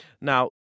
Now